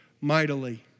mightily